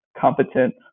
competent